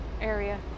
area